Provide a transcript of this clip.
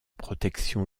protection